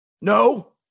No